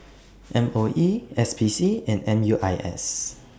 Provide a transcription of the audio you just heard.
M O E S P C and M U I S